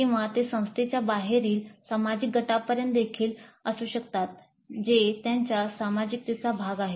किंवा ते संस्थेच्या बाहेरील सामाजिक गटांपर्यंत देखील असू शकतात जे त्यांच्या समाजिकतेचा भाग आहे